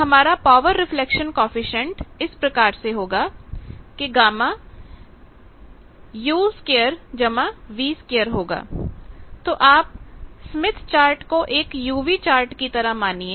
तो हमारा power reflection coefficient इस प्रकार से होगा तो अब आप स्मिथ चार्ट को एक uv चार्ट की तरह मानिए